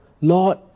Lord